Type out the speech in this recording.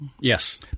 Yes